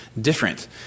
different